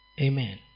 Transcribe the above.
Amen